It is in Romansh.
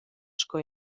sco